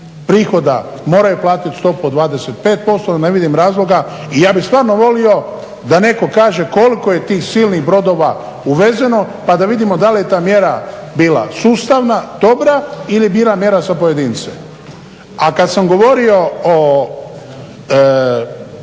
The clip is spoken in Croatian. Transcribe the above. prihoda moraju platiti stopu od 25% ne vidim razloga i ja bih stvarno volio da neko kaže koliko je tih silnih brodova uvezeno pa da vidimo da li je ta mjera bila sustavna, dobra ili je bila mjera za pojedince. A kada sam govorio o